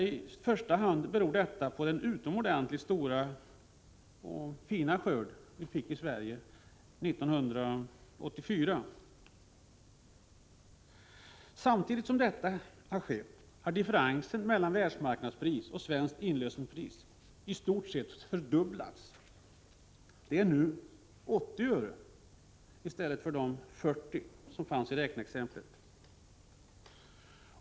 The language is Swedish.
I första hand beror ökningen på den utomordentligt stora och fina skörd vi fick i Sverige 1984. Samtidigt har differensen mellan världsmarknadspris och svenskt inlösenpris i stort sett fördubblats; det är nu 80 öre i stället för 40 öre som i räkneexemplet.